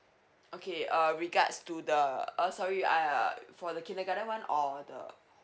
okay err regards to the uh sorry err for the kindergarten one or the